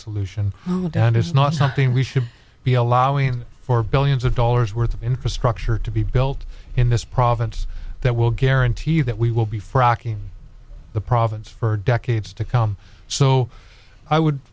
solution and it's not something we should be allowing for billions of dollars worth of infrastructure to be built in this province that will guarantee that we will be fracking the province for decades to come so i would